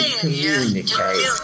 communicate